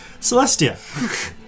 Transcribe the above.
Celestia